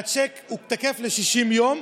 והצ'ק תקף ל-60 יום.